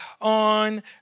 on